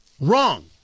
wrong